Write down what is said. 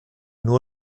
nur